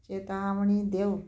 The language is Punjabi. ਚੇਤਾਵਨੀ ਦਿਓ